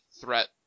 threat